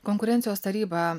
konkurencijos taryba